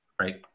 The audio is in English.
Right